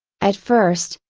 at first,